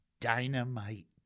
Dynamite